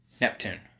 Neptune